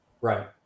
Right